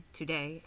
today